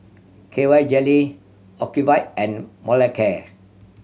K Y Jelly Ocuvite and Molicare